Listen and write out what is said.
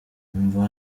umva